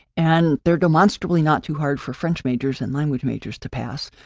and they're demonstrably not too hard for french majors and language majors to pass.